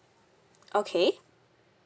okay